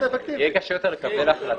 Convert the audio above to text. יהיה קשה לקבל החלטות?